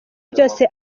byose